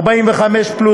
54+,